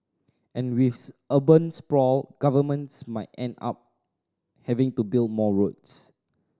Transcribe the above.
and with urban sprawl governments might end up having to build more roads